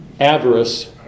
Avarice